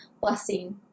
blessing